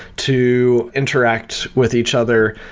to interact with each other.